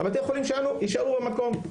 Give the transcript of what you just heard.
בתי החולים שלנו יישארו במקום,